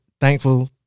Thankful